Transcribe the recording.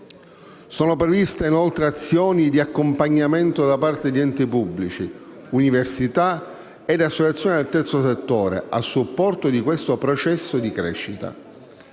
inoltre previste azioni di accompagnamento da parte di enti pubblici, università e associazioni del terzo settore a supporto di questo processo di crescita.